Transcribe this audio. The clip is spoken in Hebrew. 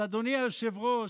אז אדוני היושב-ראש,